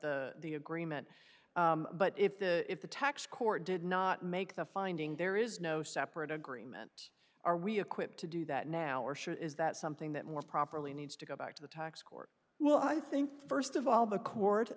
the agreement but if the if the tax court did not make the finding there is no separate agreement are we equipped to do that now or should is that something that more properly needs to go back to the tax court well i think first of all the court